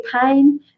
pain